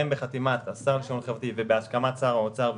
והן בחתימת השר ובהסכמת שר האוצר.